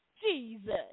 Jesus